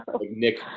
Nick